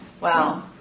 Wow